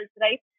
right